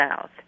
south